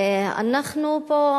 אנחנו פה,